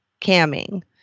camming